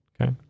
okay